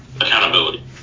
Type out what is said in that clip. accountability